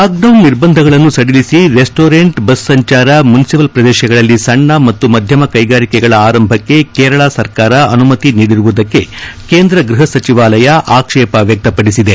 lockdown ನಿರ್ಬಂಧಗಳನ್ನು ಸಡಿಲಿಸಿ restaurant bus ಸಂಚಾರ ಮುನಿಸಿಪಲ್ ಪ್ರದೇಶಗಳಲ್ಲಿ ಸಣ್ಣ ಮತ್ತು ಮಧ್ಯಮ ಕೈಗಾರಿಕೆಗಳ ಆರಂಭಕ್ಕೆ ಕೇರಳ ಸರ್ಕಾರ ಅನುಮತಿ ನೀಡಿರುವುದಕ್ಕೆ ಕೇಂದ್ರ ಗೃಹಸಚಿವಾಲಯ ಆಕ್ಷೇಪ ವ್ಯಕ್ತ ಪಡಿಬಿದೆ